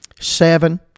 seven